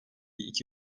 iki